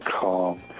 calm